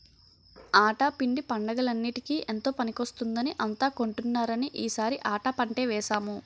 ఆటా పిండి పండగలన్నిటికీ ఎంతో పనికొస్తుందని అంతా కొంటున్నారని ఈ సారి ఆటా పంటే వేసాము